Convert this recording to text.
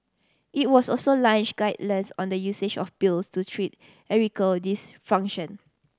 it was also launch guidelines on the usage of pills to treat dysfunction